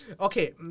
Okay